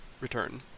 return